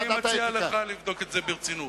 אני מציע לך לבדוק את זה ברצינות.